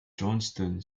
johnston